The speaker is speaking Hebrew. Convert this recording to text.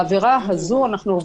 20:19) בעבירה הזאת אנחנו,